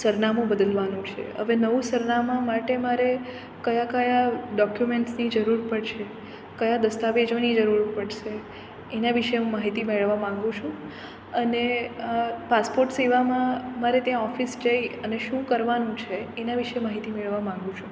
સરનામું બદલવાનું છે હવે નવું સરનામાં માટે મારે કયા કયા ડોક્યુમેન્ટ્સની જરૂર પડશે કયા દસ્તાવેજોની જરૂર પડશે એના વિશે હું માહિતી મેળવવા માગું છું અને પાસપોટ સેવામાં મારે ત્યાં ઓફિસ જઈ અને શું કરવાનું છે એના વિશે માહિતી મેળવવા માગું છું